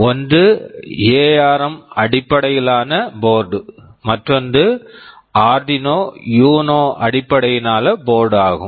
ஒன்று ARM ARM அடிப்படையிலான போர்டுboard மற்றொன்று ஆர்டினோ யூனோ Arduino Uno அடிப்படையிலான போர்டு board ஆகும்